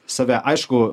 save aišku